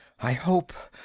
i hope.